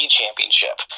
championship